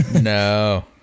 No